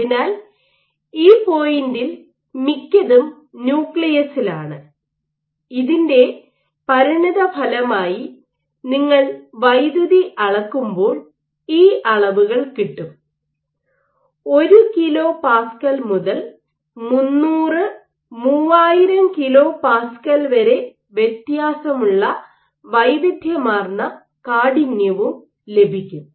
അതിനാൽ ഈ പോയിന്റിൽ മിക്കതും ന്യൂക്ലിയസിലാണ് ഇതിന്റെ പരിണിതഫലമായി നിങ്ങൾ വൈദ്യുതി അളക്കുമ്പോൾ ഈ അളവുകൾ കിട്ടും 1 കിലോ പാസ്കൽ മുതൽ 300 3000 കിലോ പാസ്കൽ 300 3000 kilo pascal വരെ വ്യത്യാസമുള്ള വൈവിധ്യമാർന്ന കാഠിന്യവും ലഭിക്കും